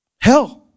hell